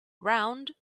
round